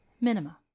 Minima